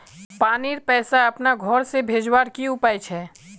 पानीर पैसा अपना घोर से भेजवार की उपाय छे?